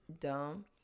dumb